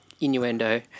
innuendo